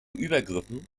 übergriffen